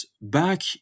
back